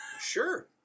Sure